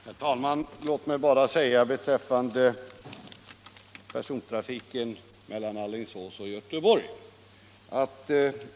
Herr talman! Jag vill återkomma till frågan om persontrafiken mellan Alingsås och Göteborg.